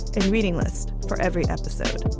and reading list for every episode.